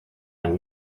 man